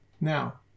Now